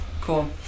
cool